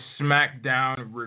smackdown